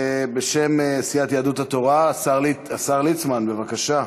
בשם סיעת יהדות התורה, השר ליצמן, בבקשה.